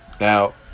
Now